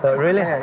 but really?